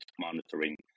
monitoring